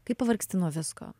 kai pavargsti nuo visko